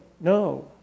no